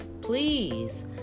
please